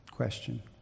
question